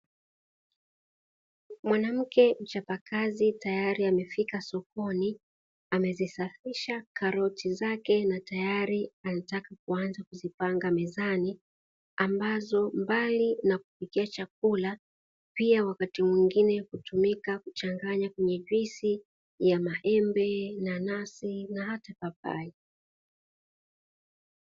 Mwanamke mchapakazi tayari amefika sokoni amezisafisha karoti zake na tayari anataka kuanza kuzipanga mezani, ambazo mbali na kupikia chakula pia wakati mwingine hutumika kuchanganya kwenye juisi ya maembe, nanasi na hata papai.